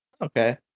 Okay